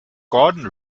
gordon